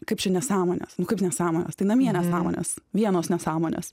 kaip čia nesąmonės nu kaip nesąmonės tai namie nesąmonės vienos nesąmonės